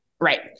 Right